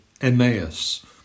Emmaus